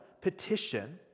petition